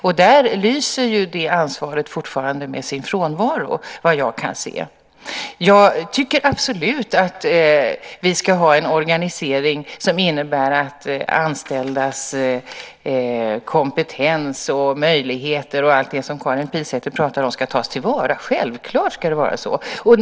Och det ansvaret lyser fortfarande med sin frånvaro, vad jag kan se. Jag tycker absolut att vi ska ha en organisering som innebär att anställdas kompetens, möjligheter och allt det som Karin Pilsäter pratar om ska tas till vara. Självklart ska det vara så.